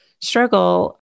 struggle